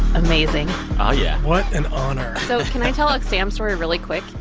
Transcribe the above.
amazing oh, yeah what an honor so can i tell a sam story really quick?